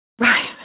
Right